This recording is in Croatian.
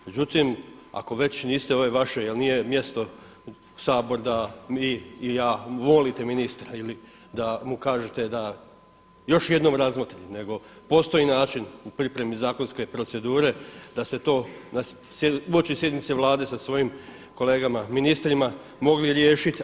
Međutim, ako već niste ovoj vašoj jer nije mjesto Sabor da vi ili ja volite ministra ili da mu kažete da još jednom razmotri, nego postoji način u pripremi zakonske procedure da se to, uoči sjednice Vlade sa svojim kolegama ministrima mogli riješiti.